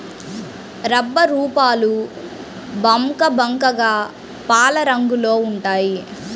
రబ్బరుపాలు బంకబంకగా పాలరంగులో ఉంటాయి